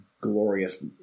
glorious